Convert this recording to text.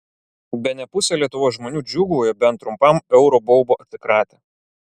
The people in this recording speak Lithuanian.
bene pusė lietuvos žmonių džiūgauja bent trumpam euro baubo atsikratę